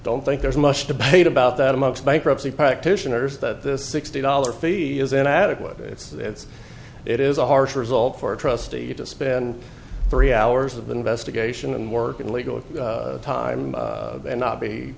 don't think there's much debate about that amongst bankruptcy practitioners that this sixty dollar fee is an adequate it's it is a harsh result for a trustee to spend three hours of the investigation and work in legal time and not be